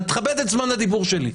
תכבד את זמן הדיבור שלי.